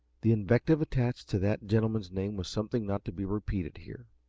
the invective attached to that gentleman's name was something not to be repeated here.